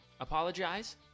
Apologize